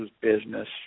business